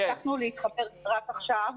הצלחנו להתחבר רק עכשיו.